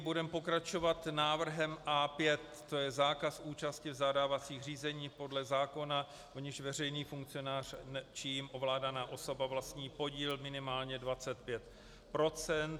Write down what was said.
Budeme pokračovat návrhem A5, to je zákaz účasti v zadávacích řízeních podle zákona, v nichž veřejný funkcionář či jím ovládaná osoba vlastní podíl minimálně 25 %.